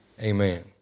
amen